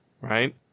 right